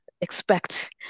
expect